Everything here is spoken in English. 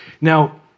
Now